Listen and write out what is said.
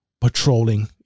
patrolling